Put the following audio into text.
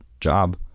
job